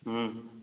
हूँ